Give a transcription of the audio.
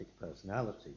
personality